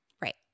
Right